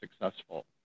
successful